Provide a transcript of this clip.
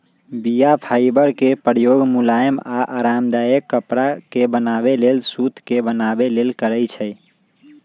बीया फाइबर के प्रयोग मुलायम आऽ आरामदायक कपरा के बनाबे लेल सुत के बनाबे लेल करै छइ